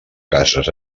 cases